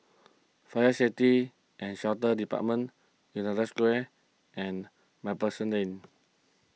Fire Safety and Shelter Department United Square and MacPherson Lane